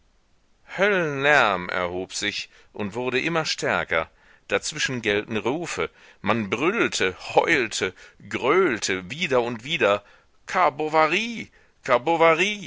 höllenlärm erhob sich und wurde immer stärker dazwischen gellten rufe man brüllte heulte grölte wieder und wieder